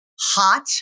hot